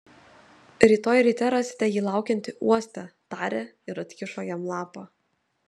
rytoj ryte rasite jį laukiantį uoste tarė ir atkišo jam lapą